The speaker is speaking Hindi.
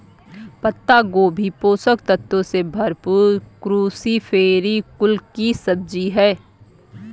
पत्ता गोभी पोषक तत्वों से भरपूर क्रूसीफेरी कुल की सब्जी है